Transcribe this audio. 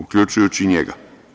Uključujući i njega.